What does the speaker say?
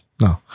No